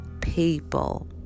people